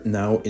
now